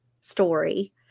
story